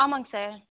ஆமாம்ங்க சார்